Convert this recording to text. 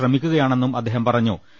M ശ്രമിക്കുകയാണെന്നും അദ്ദേഹം പറഞ്ഞു